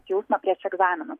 jausmą prieš egzaminus